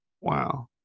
Wow